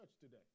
today